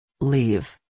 leave